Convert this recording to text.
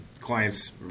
clients